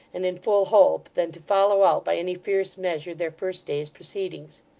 and in full hope, than to follow out, by any fierce measure, their first day's proceedings.